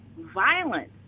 violence